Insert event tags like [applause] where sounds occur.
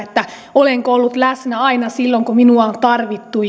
olenko ollut läsnä aina silloin kun minua on tarvittu [unintelligible]